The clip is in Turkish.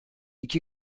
i̇ki